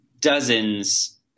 dozens